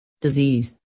disease